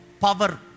power